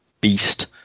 beast